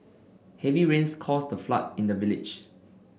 heavy rains caused a flood in the village